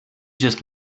just